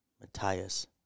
Matthias